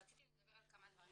רציתי לדבר על כמה דברים.